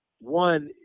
One